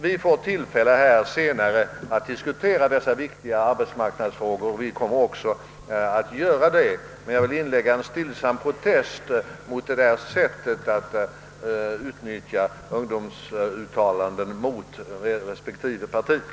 Vi får tillfälle att senare diskutera dessa viktiga arbetsmarknadsfrågor, men jag vill redan nu inlägga en stillsam protest mot detta sätt att utnyttja ungdomsuttalanden mot respektive partier.